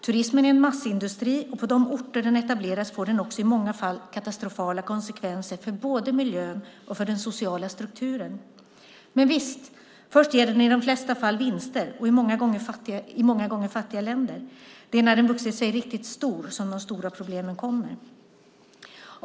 Turismen är en massindustri, och på de orter där den etableras får den också i många fall katastrofala konsekvenser för både miljön och den sociala strukturen. Men visst ger den först i de flesta fall vinster, många gånger i fattiga länder. Det är när den vuxit sig riktigt stor som de stora problemen kommer.